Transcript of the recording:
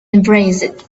embarrassed